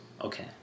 Okay